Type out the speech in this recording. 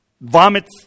vomits